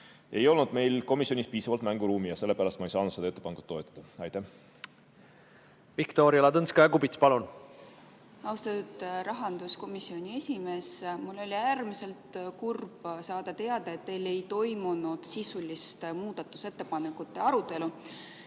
ei olnud meil komisjonis piisavalt mänguruumi ja sellepärast ma ei saanud seda ettepanekut toetada. Viktoria Ladõnskaja-Kubits, palun! Viktoria Ladõnskaja-Kubits, palun! Austatud rahanduskomisjoni esimees! Mul oli äärmiselt kurb teada saada, et teil ei toimunud sisulist muudatusettepanekute arutelu,